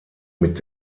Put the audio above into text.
mit